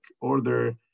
order